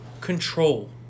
control